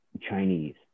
Chinese